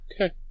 Okay